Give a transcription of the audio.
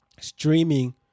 streaming